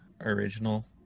original